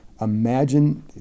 Imagine